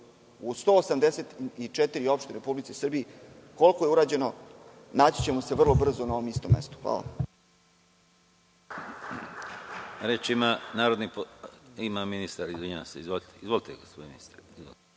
u 184 opštine u Republici Srbiji koliko je urađeno naći ćemo se vrlo brzo na ovom istom mestu. Hvala.